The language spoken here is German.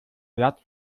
blatt